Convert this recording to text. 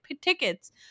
tickets